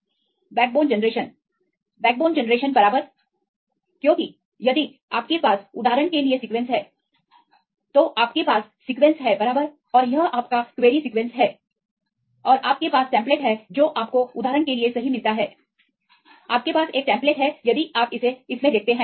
Student Backbone generation विद्यार्थी backbone generation Backbone generation rightबैकबोन generation बराबर क्योंकि यदि आपके पास उदाहरण के लिए सीक्वेंस है तो आपके पास सीक्वेंस है बराबर और यह आपका क्वेरी सीक्वेंस है और आपके पास टेम्पलेट है जो आपको उदाहरण के लिए सही मिलता है आपके पास एक टेम्पलेट है यदि आप इस में देखते हैं